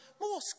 more